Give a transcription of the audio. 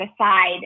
aside